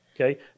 okay